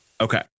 Okay